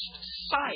sight